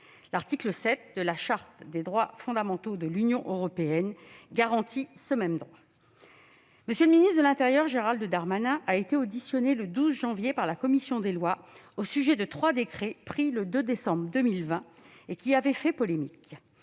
L'article 7 de la Charte des droits fondamentaux de l'Union européenne garantit ce même droit. M. le ministre de l'intérieur, Gérald Darmanin, a été auditionné le 12 janvier par la commission des lois au sujet de trois décrets pris le 2 décembre 2020, lesquels avaient suscité une polémique.